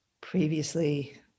previously